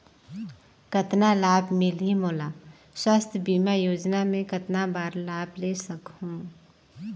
कतना लाभ मिलही मोला? स्वास्थ बीमा योजना मे कतना बार लाभ ले सकहूँ?